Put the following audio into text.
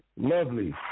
Lovely